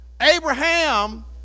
Abraham